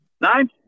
Nine